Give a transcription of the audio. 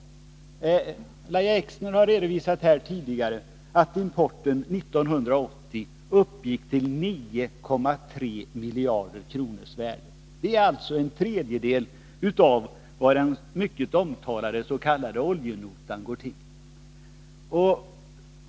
Lahja Exner har tidigare redovisat att importen 1980 uppgick till ett värde av 9,3 miljarder kronor. Det är alltså en tredjedel av den mycket omtalade s.k. oljenotan.